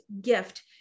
gift